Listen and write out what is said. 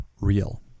real